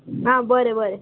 आ बरें बरें